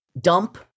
dump